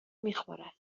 میخوره